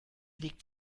liegt